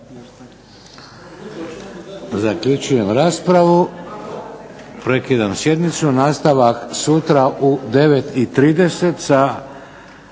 Zaključujem raspravu. Prekidam sjednicu. Nastavak sutra u 9,30 sa